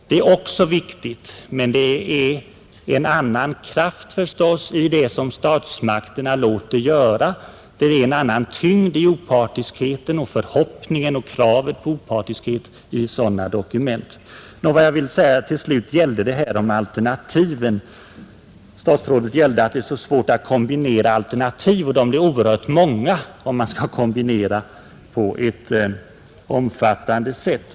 Det är också viktigt, men det är givetvis en annan kraft i det som statsmakterna låter göra. Det är en annan tyngd i opartiskheten — i förhoppningen och kravet på opartiskhet — hos sådana dokument. Till slut vill jag säga något om alternativen för en svensk anslutning. Statsrådet menade att det är svårt att visa fram kombinerade alternativ. De blir oerhört många om man skall kombinera dellösningarna på olika punkter på ett omfattande sätt.